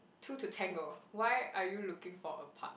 two to tango why are you looking for a part